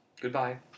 Goodbye